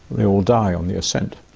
they all die on the ascent.